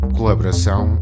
Colaboração